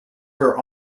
her